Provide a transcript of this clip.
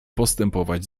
postępować